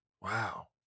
Wow